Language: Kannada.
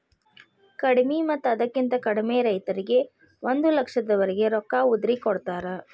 ಕಡಿಮಿ ಮತ್ತ ಅದಕ್ಕಿಂತ ಕಡಿಮೆ ರೈತರಿಗೆ ಒಂದ ಲಕ್ಷದವರೆಗೆ ರೊಕ್ಕ ಉದ್ರಿ ಕೊಡತಾರ